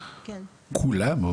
כולם?